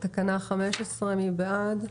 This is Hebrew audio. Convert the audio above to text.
תקנה 15, מי בעד?